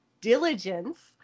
diligence